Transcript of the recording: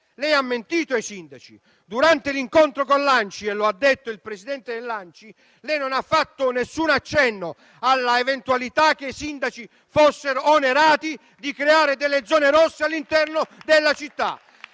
lei ha mentito ai sindaci. Durante l'incontro con l'ANCI - lo ha detto il Presidente dell'ANCI - lei non ha fatto alcun accenno all'eventualità che ai sindaci fosse attribuito l'onere di creare delle zone rosse all'interno della città.